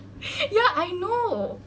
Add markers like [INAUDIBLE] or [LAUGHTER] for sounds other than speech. [LAUGHS] ya I know